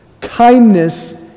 Kindness